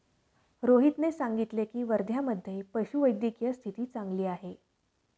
रोहितने सांगितले की, वर्ध्यामधे पशुवैद्यकीय स्थिती चांगली आहे